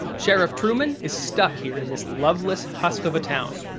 sheriff truman is stuck here in this loveless husk of a town.